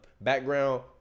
background